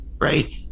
right